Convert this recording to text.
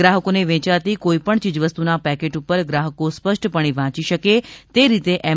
ગ્રાહકોને વેચાતી કોઈપણ ચીજવસ્તુના પેકેટ પર ગ્રાહકો સ્પષ્ટપણે વાંચી શકે તે રીતે એમ